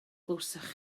glywsoch